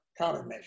countermeasures